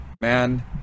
man